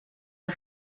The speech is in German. der